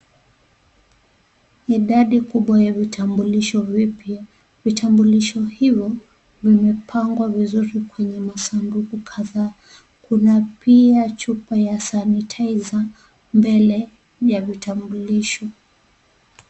Idadi kubwa ya vitambulisho vipya, vitambulisho hivo, vimepangwa vizuri kwenye masanduku kadhaa . kuna pia chupa ya sanitizer . Mbele ya vitambulisho.